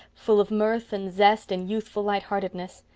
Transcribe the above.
full of mirth and zest and youthful lightheartedness.